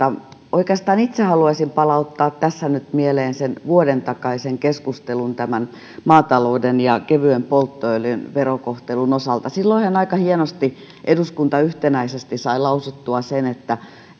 oikeastaan itse haluaisin palauttaa tässä nyt mieleen vuoden takaisen keskustelun tämän maatalouden ja kevyen polttoöljyn verokohtelun osalta silloinhan aika hienosti eduskunta yhtenäisesti sai lausuttua sen että